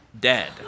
Dead